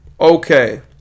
Okay